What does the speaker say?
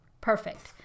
Perfect